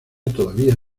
todavía